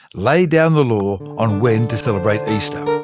laid down the law on when to celebrate easter.